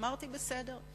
אמרתי: בסדר.